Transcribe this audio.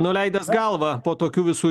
nuleidęs galvą po tokių visų